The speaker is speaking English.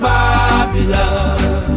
Babylon